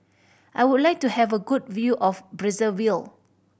I would like to have a good view of Brazzaville